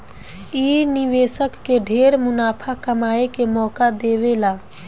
इ निवेशक के ढेरे मुनाफा कमाए के मौका दे देवेला